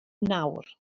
nawr